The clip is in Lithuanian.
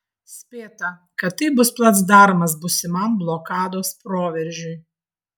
spėta kad tai bus placdarmas būsimam blokados proveržiui